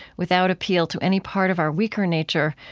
without appeal to any part of our weaker nature,